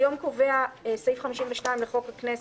היום קובע סעיף 52 לחוק הכנסת,